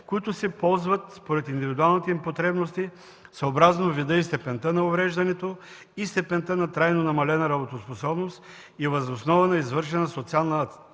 които се ползват според индивидуалните им потребности, съобразно вида и степента на увреждането и степента на трайно намалена работоспособност и въз основа на извършена социална